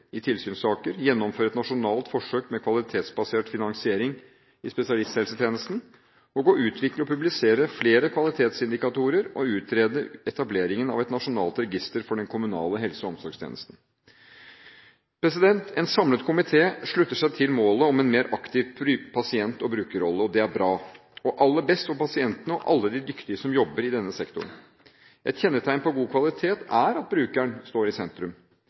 i tilsynssaker gjennomføre et nasjonalt forsøk med kvalitetsbasert finansiering i spesialisthelsetjenesten utvikle og publisere flere kvalitetsindikatorer utrede etableringen av et nasjonalt register for den kommunale helse- og omsorgstjenesten En samlet komité slutter seg til målet om en mer aktiv pasient- og brukerrolle. Det er bra, og aller best er dette for pasientene og alle de dyktige som jobber i denne sektoren. Et kjennetegn på god kvalitet er at brukeren står i sentrum